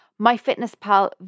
MyFitnessPal